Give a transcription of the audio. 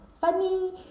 funny